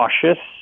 cautious